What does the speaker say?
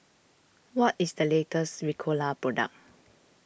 what is the latest Ricola product